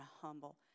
humble